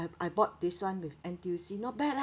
I I bought this [one] with N_T_U_C not bad leh